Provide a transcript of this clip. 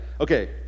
Okay